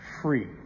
free